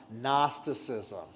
Gnosticism